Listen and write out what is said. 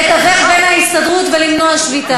ואחר כך ננסה לתווך עם ההסתדרות ולמנוע שביתה.